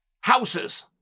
houses